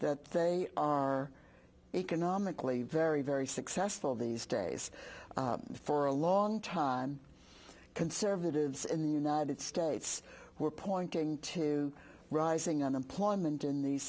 that they are economically very very successful these days for a long time conservatives in the united states were pointing to rising unemployment in these